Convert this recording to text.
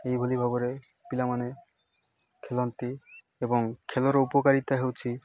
ଏହିଭଲି ଭାବରେ ପିଲାମାନେ ଖେଲନ୍ତି ଏବଂ ଖେଲର ଉପକାରିତା ହେଉଛି